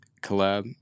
collab